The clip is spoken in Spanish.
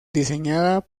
diseñada